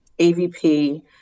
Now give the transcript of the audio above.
AVP